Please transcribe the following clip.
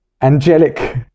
Angelic